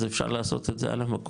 אז אפשר לעשות את זה על המקום.